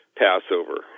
Passover